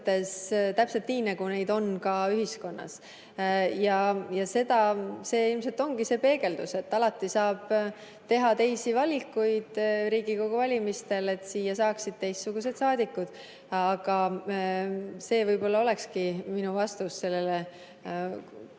täpselt nii, nagu neid on ka ühiskonnas. See ilmselt ongi see peegeldus, et alati saab teha teisi valikuid Riigikogu valimistel, et siia saaksid teistsugused saadikud. See võib-olla olekski minu vastus sellele